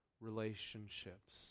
relationships